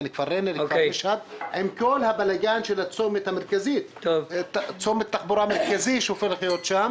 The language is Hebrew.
עם כל הבלגן של צומת התחבורה המרכזי שיהיה שם.